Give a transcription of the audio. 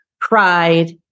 pride